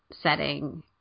setting